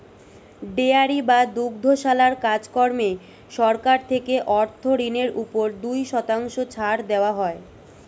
dairy বা দুগ্ধশালার কাজ কর্মে সরকার থেকে অর্থ ঋণের উপর দুই শতাংশ ছাড় দেওয়া হয়